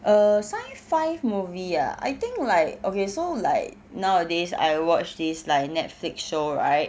err sci-fi movie ah I think like okay so like nowadays I watch this like netflix show right